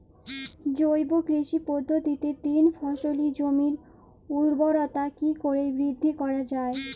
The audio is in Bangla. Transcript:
জৈব কৃষি পদ্ধতিতে তিন ফসলী জমির ঊর্বরতা কি করে বৃদ্ধি করা য়ায়?